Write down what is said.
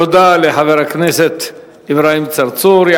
תודה לחבר הכנסת אברהים צרצור.